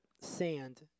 sand